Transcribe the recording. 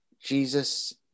Jesus